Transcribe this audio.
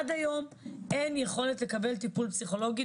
עד היום אין יכולת לקבל טיפול פסיכולוגי